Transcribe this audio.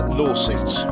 lawsuits